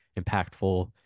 impactful